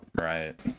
right